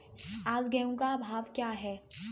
आज गेहूँ का भाव क्या है?